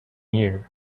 year